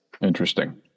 Interesting